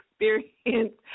experience